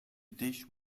dish